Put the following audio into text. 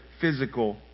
physical